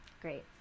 Great